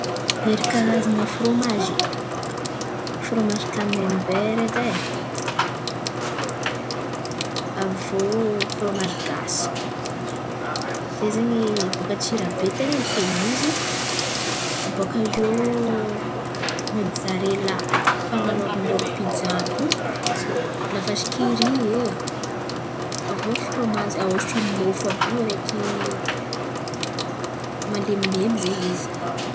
Ery karazan̈a frômazy? Frômazy kamembera edy e, avy iô frômazy gasy, zay zen̈y bôkà Antsirabe ten̈a feno izy, abôkà eo mozarelà fan̈anaovan-drô pija àby io, lavasikiry e. Avy iô frômazy ahosotro amin'ny môfo àby io, araiky malemilemy zain̈y izy.